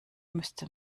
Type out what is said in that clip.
müsste